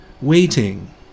Waiting